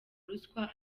ruswa